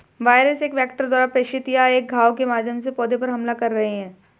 virus एक vector द्वारा प्रेषित या एक घाव के माध्यम से पौधे पर हमला कर रहे हैं